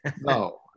No